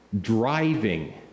driving